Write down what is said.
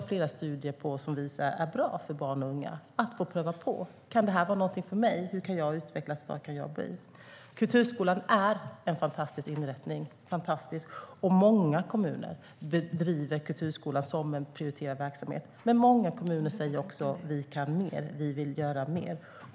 Flera studier visar att det är bra för barn och unga att få pröva på det och se: Kan detta vara något för mig? Hur kan jag utvecklas? Vad kan jag bli? Kulturskolan är en fantastisk inrättning. I många kommuner är kulturskolan en prioriterad verksamhet, men många kommuner säger också: Vi kan mer. Vi vill göra mer.